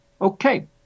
Okay